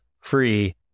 free